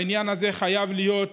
העניין הזה חייב להיות